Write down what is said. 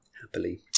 happily